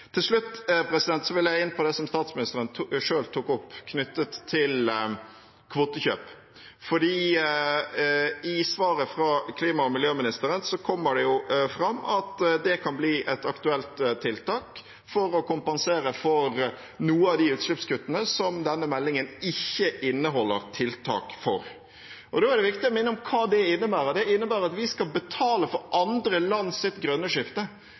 vil jeg inn på det som statsministeren selv tok opp knyttet til kvotekjøp. I svaret fra klima- og miljøministeren kommer det jo fram at det kan bli et aktuelt tiltak for å kompensere for noen av de utslippskuttene som denne meldingen ikke inneholder tiltak for. Da er det viktig å minne om hva det innebærer. Det innebærer at vi skal betale for andre lands grønne skifte